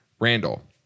Randall